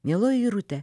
mieloji irute